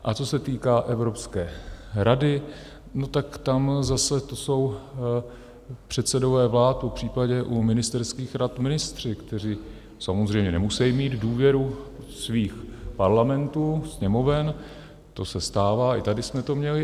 A co se týká Evropské rady, no tak tam zase to jsou předsedové vlád, popřípadě u ministerských rad ministři, kteří samozřejmě nemusejí mít důvěru svých Parlamentů, Sněmoven, to se stává, i tady jsme to měli.